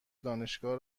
دانشگاه